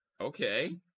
Okay